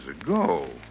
ago